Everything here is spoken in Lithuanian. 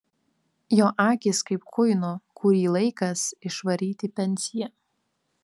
jo akys kaip kuino kurį laikas išvaryti į pensiją